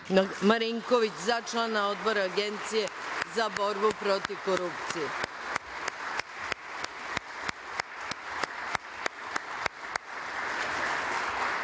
da se za člana Odbora Agencije za borbu protiv korupcije,